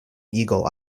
eagle